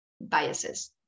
biases